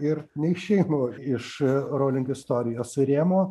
ir neišeinu iš rowling istorijos rėmo